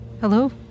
Hello